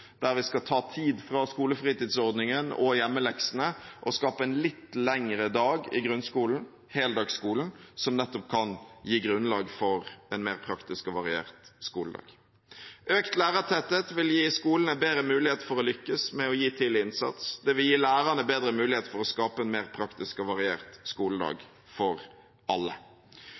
der vi skal ta tid fra skolefritidsordningen og hjemmeleksene og skape en litt lengre dag i grunnskolen – heldagsskolen – som nettopp kan gi grunnlag for en mer praktisk og variert skoledag Økt lærertetthet vil gi skolene bedre mulighet for å lykkes med å gi tidlig innsats. Det vil gi lærerne bedre mulighet for å skape en mer praktisk og variert skoledag for alle.